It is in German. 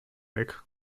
weg